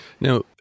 Now